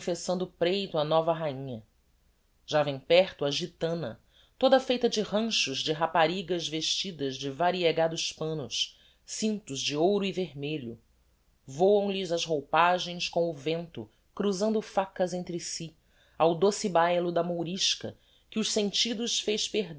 preito á nova rainha já vem perto a gitana toda feita de ranchos de raparigas vestidas de variegados pannos cintos de ouro e vermelho voam lhes as roupagens com o vento cruzando facas entre si ao doce baylo da mourisca que os sentidos fez